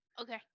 Okay